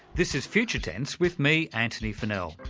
this is future tense with me, antony funnell.